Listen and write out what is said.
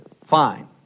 fine